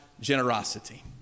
generosity